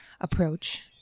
approach